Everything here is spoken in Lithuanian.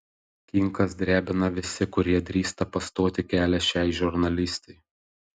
kinkas drebina visi kurie drįsta pastoti kelią šiai žurnalistei